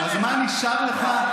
אז מה נשאר לך?